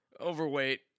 overweight